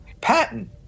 Patton